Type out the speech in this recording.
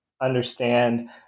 understand